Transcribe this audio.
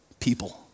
people